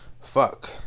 fuck